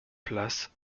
place